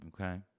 Okay